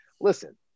listen